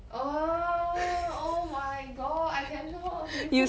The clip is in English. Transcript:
oh oh my god I cannot you